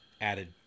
added